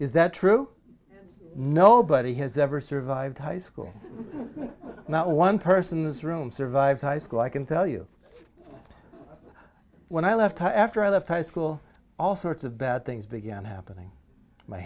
is that true nobody has ever survived high school not one person in this room survived high school i can tell you when i left after i left high school all sorts of bad things began happening my